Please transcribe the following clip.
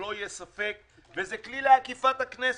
שלא יהיה ספק, וזה כלי לעקיפת הכנסת.